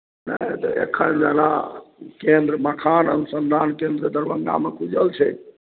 एखन जेना केन्द्र मखान अनुसन्धान केन्द्र जे दरभङ्गामे खूजल छै